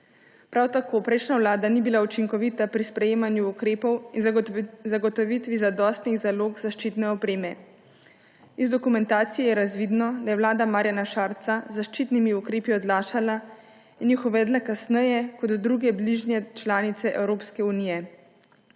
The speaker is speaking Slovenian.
Prav tako prejšnja vlada ni bila učinkovita pri sprejemanju ukrepov in zagotovitvi zadostnih zalog zaščitne opreme. Iz dokumentacije je razvidno, da je vlada Marjana Šarca z zaščitnimi ukrepi odlašala in jih uvedla kasneje kot druge bližnje članice Evropske unije.